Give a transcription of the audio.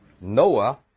Noah